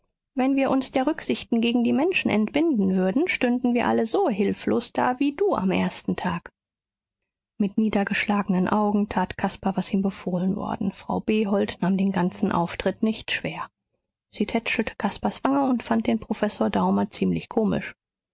wenn wir uns der rücksichten gegen die menschen entbinden würden stünden wir alle so hilflos da wie du am ersten tag mit niedergeschlagenen augen tat caspar was ihm befohlen worden frau behold nahm den ganzen auftritt nicht schwer sie tätschelte caspars wange und fand den professor daumer ziemlich komisch